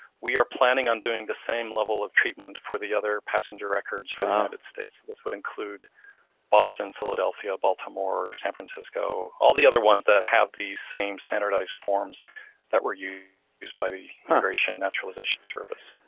we are planning on doing the same level of treatment for the other passenger records for the united states, this would include boston, philadelphia, baltimore, san francisco, all the other ones that have the same standardized forms that were used by the integration and naturalization service.